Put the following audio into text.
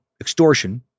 extortion